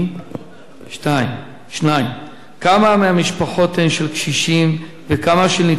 2. כמה מהמשפחות הן של קשישים וכמה של ניצולי שואה?